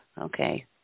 Okay